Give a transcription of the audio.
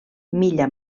milla